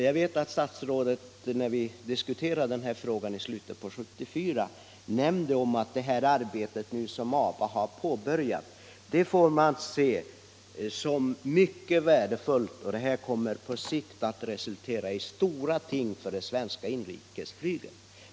Jag vet att statsrådet, när vi diskuterade den här frågan i slutet av 1974, nämnde att det arbete som ABA påbörjat fick ses som mycket värdefullt och att det på sikt skulle komma att resultera i stora ting för det svenska inrikesflyget.